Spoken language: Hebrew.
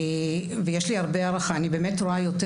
יש לי הרבה הערכה אני באמת רואה יותר